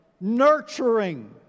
nurturing